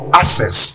access